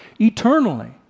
eternally